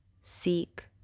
seek